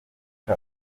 aca